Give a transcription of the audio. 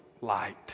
light